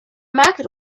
market